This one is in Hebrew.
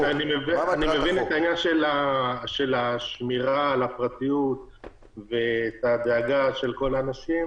אני מבין את עניין השמירה על הפרטיות והדאגה של כל האנשים,